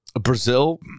Brazil